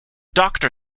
doctor